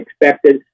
expected